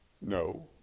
no